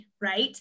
right